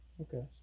Okay